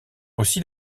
aussi